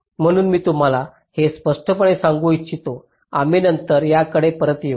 म्हणून मी तुम्हाला हे स्पष्टपणे सांगू इच्छितो आम्ही नंतर याकडे परत येऊ